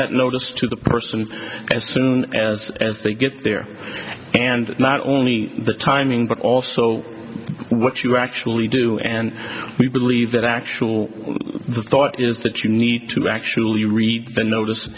notice to the person as soon as they get there and not only the timing but also what you actually do and we believe that actual thought is that you need to actually read the notice